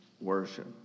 worship